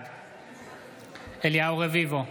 בעד אליהו רביבו,